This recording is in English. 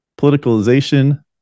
Politicalization